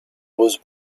was